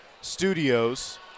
Studios